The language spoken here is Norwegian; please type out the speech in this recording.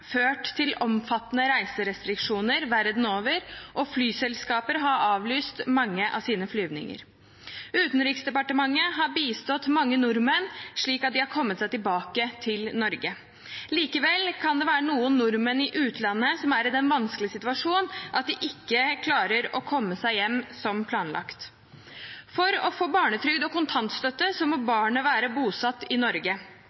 ført til omfattende reiserestriksjoner verden over, og flyselskaper har avlyst mange av sine flyvninger. Utenriksdepartementet har bistått mange nordmenn slik at de har kommet seg tilbake til Norge. Likevel kan det være noen nordmenn i utlandet som er i den vanskelige situasjonen at de ikke klarer å komme seg hjem som planlagt. For å få barnetrygd og kontantstøtte må